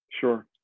Sure